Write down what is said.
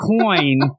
coin